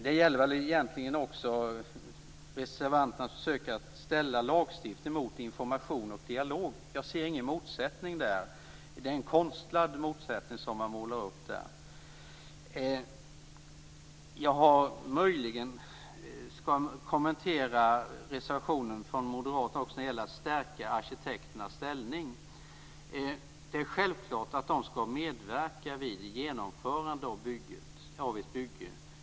Det gäller väl egentligen också reservanternas försök att ställa lagstiftningen mot information och en dialog. Jag ser alltså ingen motsättning i det avseendet, utan det är en konstlad målsättning som där målas upp. Möjligen skall jag också kommentera moderaternas reservation om att stärka arkitekternas ställning. Självklart skall arkitekterna medverka vid genomförandet av ett bygge.